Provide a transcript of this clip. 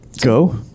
Go